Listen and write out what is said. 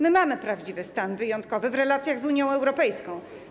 My mamy prawdziwy stan wyjątkowy w relacjach z Unią Europejską.